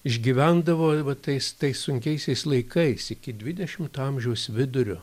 išgyvendavo va tais tais sunkiaisiais laikais iki dvidešimto amžiaus vidurio